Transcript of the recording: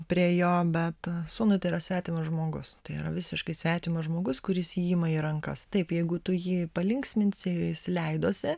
prie jo bet sūnui tai yra svetimas žmogus tai yra visiškai svetimas žmogus kuris jį ima į rankas taip jeigu tu jį palinksminsi jis leidosi